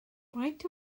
faint